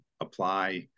apply